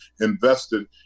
invested